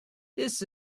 this